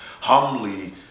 humbly